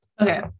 Okay